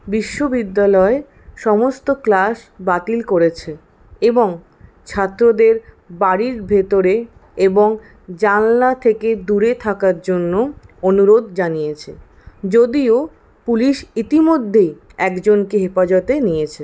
বিশ্ববিদ্যালয়ে সমস্ত ক্লাস বাতিল করেছে এবং ছাত্রদের বাড়ির ভেতরে এবং জানলা থেকে দূরে থাকার জন্য অনুরোধ জানিয়েছে যদিও পুলিশ ইতিমধ্যেই একজনকে হেফাজতে নিয়েছে